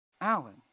Alan